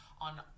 on